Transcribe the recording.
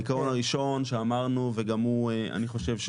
העיקרון שוב שאמרנו וגם הוא אני חושב,